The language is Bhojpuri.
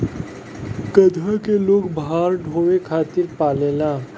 गदहा के लोग भार ढोवे खातिर पालेला